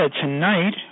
tonight